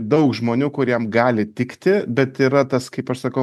daug žmonių kuriem gali tikti bet yra tas kaip aš sakau